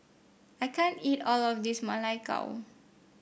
I can't eat all of this Ma Lai Gao